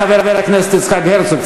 לחבר הכנסת יצחק הרצוג,